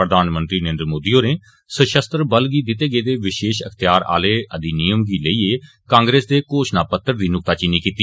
प्रघानमंत्री नरेन्द्र मोदी होरें सशस्त्रबल गी दित्ते गेदे विशेष अख्तियार आले अधिनियम गी लेईयै कांग्रेस दे घोषणा पत्र दी नुक्ताचीनी कीती